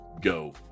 go